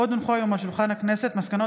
עוד הונחו היום על שולחן הכנסת מסקנות